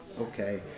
Okay